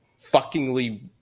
fuckingly